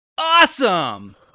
Awesome